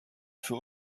für